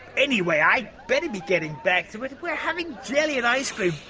anyway, i'd better be getting back to it. we're having jelly and ice cream.